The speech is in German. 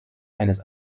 eines